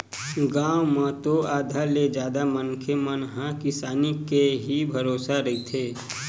गाँव म तो आधा ले जादा मनखे मन ह किसानी के ही भरोसा रहिथे